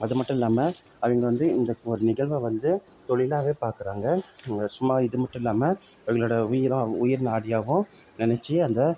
அது மட்டும் இல்லாமல் அவங்க வந்து இந்த ஒரு நிகழ்வ வந்து தொழிலாகவே பாக்கிறாங்க சும்மா இது மட்டும் இல்லாமல் அவங்களோட உயிராக உயிர் நாடியாகவும் நெனைச்சி அந்த